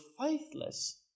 faithless